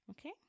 okay